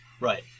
Right